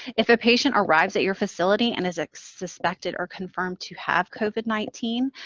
if a patient arrives at your facility and is expected or confirmed to have covid nineteen,